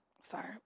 Sorry